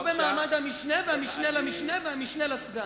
לא במעמד המשנה והמשנה למשנה והמשנה לסגן.